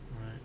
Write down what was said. Right